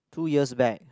two years back